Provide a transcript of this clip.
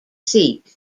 seat